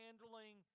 handling